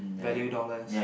value dollars